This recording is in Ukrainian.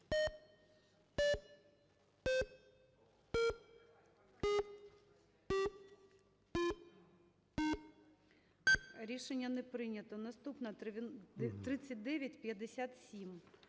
Рішення не прийнято. Наступна - 3957.